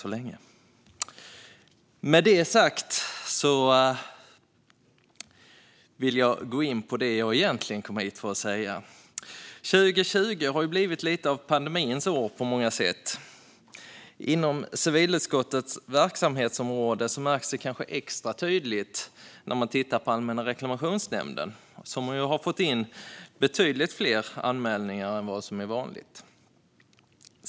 År 2020 har på många sätt blivit pandemins år. Inom civilutskottets verksamhetsområde märks det kanske extra tydligt när man tittar på Allmänna reklamationsnämnden, som har fått in betydligt fler anmälningar än vanligt.